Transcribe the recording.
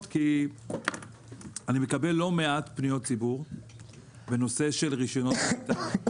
כי אני מקבל לא מעט פניות ציבור בנושא רישיונות כריתה.